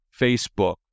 Facebook